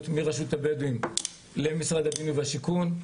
מרשות הבדואים למשרד הבינוי והשיכון,